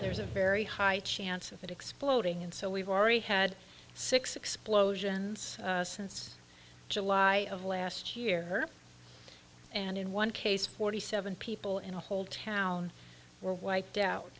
there's a very high chance of it exploding and so we've already had six explosions since july of last year and in one case forty seven people in a whole town were wiped out